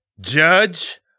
Judge